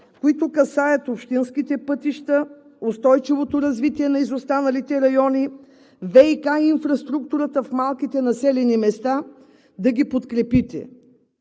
които касаят общинските пътища, устойчивото развитие на изостаналите райони, ВиК инфраструктурата в малките населени места, да ги подкрепите.